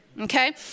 okay